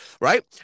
right